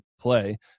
play